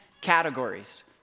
categories